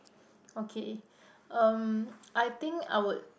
okay um I think I would